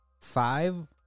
five